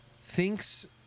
thinks